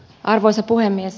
arvoisa puhemies